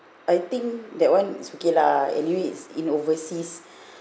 I think that one is okay lah anyway it's in overseas